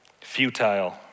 futile